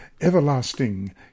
everlasting